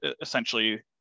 essentially